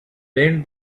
paint